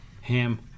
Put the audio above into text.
ham